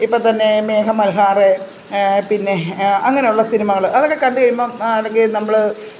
ഇപ്പം തന്നെ മേഘമൽഹാർ പിന്നെ അങ്ങനെയുള്ള സിനിമകൾ അതൊക്കെ കണ്ടുകഴിയുമ്പം അല്ലെങ്കിൽ നമ്മൾ